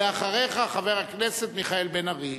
ואחריך, חבר הכנסת מיכאל בן-ארי.